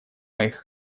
моих